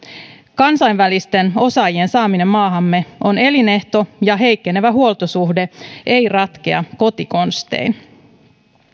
kansainvälisten osaajien saaminen maahamme on elinehto ja heikkenevä huoltosuhde ei ratkea kotikonstein